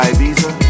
Ibiza